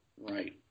Right